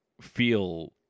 feel